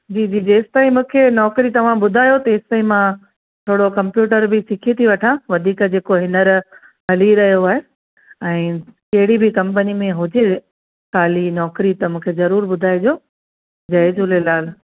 जी जी जी जेसि तईं मूंखे नौकिरी तव्हां ॿुधायो तेसि तईं मां थोरो कंप्यूटर बि सिखी थी वठां वधीक जेको हीअंर हली रहियो आहे ऐं कहिड़ी बि कंपनी में हुजे ख़ाली नौकिरी त मूंखे जरूर ॿुधाइजो जय झूलेलाल